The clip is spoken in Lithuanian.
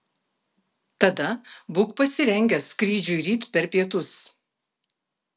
tada būk pasirengęs skrydžiui ryt per pietus